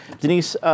Denise